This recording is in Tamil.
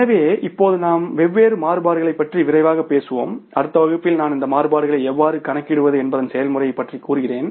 எனவே இப்போது நாம் வெவ்வேறு மாறுபாடுகளைப் பற்றி விரைவாகப் பேசுவோம் அடுத்த வகுப்பில் நான் இந்த மாறுபாடுகளை எவ்வாறு கணக்கிடுவது என்பதன் செயல்முறையை பற்றி கூறுகிறேன்